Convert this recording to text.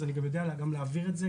אז אני גם יודע להעביר את זה,